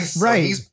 Right